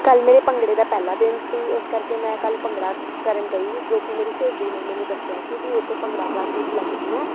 ਕੱਲ੍ਹ ਮੇਰੇ ਭੰਗੜੇ ਦਾ ਪਹਿਲਾ ਦਿਨ ਸੀ ਇਸ ਕਰਕੇ ਮੈਂ ਕੱਲ੍ਹ ਭੰਗੜਾ ਕਰਨ ਗਈ ਜੋ ਕਿ ਮੇਰੀ ਸਹੇਲੀ ਨੇ ਮੈਨੂੰ ਦੱਸਿਆ ਸੀ ਵੀ ਇੱਥੇ ਭੰਗੜਾ ਕਲਾਸਿਸ ਲੱਗਦੀਆਂ